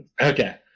Okay